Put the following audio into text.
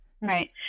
Right